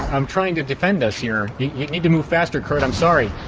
i'm trying to defend us here. you need to move faster. kurt, i'm sorry